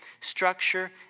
structure